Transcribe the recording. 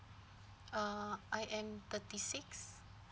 uh I am thirty six